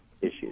issues